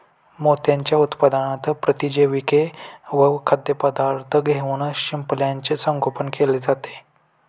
मोत्यांच्या उत्पादनात प्रतिजैविके व खाद्यपदार्थ देऊन शिंपल्याचे संगोपन केले जाते